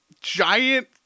giant